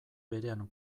berean